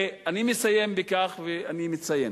אני מסיים בכך, ואני מציין,